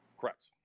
Correct